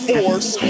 force